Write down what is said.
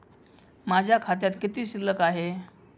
माझ्या खात्यात किती शिल्लक आहे?